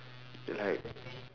like